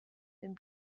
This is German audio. dem